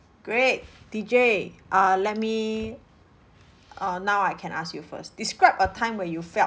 great D_J uh let me uh now I can ask you first describe a time where you felt